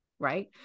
Right